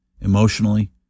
emotionally